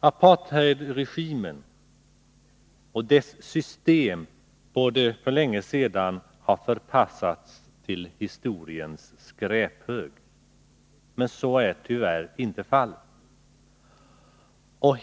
Apartheidregimen och dess system borde för länge sedan ha förpassats till historiens skräphög, men så är tyvärr inte fallet.